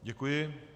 Děkuji.